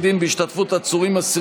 820